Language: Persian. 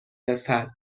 رسد